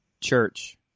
Church